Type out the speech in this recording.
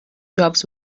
jobs